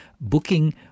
booking